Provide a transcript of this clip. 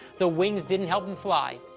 the wings didn't help him fly,